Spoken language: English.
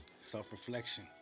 Self-reflection